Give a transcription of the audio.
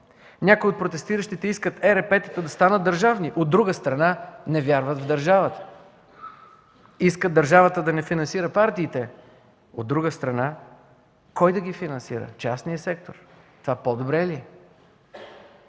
Някои от протестиращите искат ЕРП-тата да станат държавни, от друга страна, не вярват в държавата. Искат държавата да не финансира партиите, от друга страна, кой да ги финансира – частният сектор, това по-добре ли